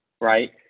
right